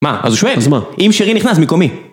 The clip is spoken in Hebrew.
מה? אז זה שווה? אז מה? אם שרי נכנס, במקומי.